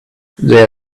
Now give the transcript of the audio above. they